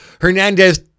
Hernandez